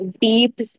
deep